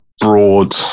broad